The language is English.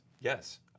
Yes